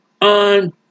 on